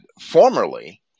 formerly